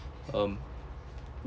um